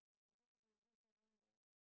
maybe they live around there